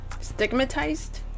stigmatized